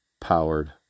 powered